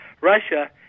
Russia